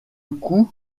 coup